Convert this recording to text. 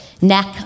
neck